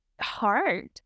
hard